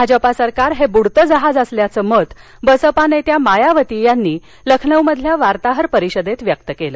भाजपा सरकार हे बुडतं जहाज असल्याचं मत बसपा नेत्या मायावती यांनी लखनौतल्या वार्ताहर परिषदेत व्यक्त केलं